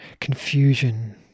confusion